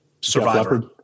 Survivor